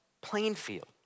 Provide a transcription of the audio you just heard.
Plainfield